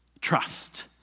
Trust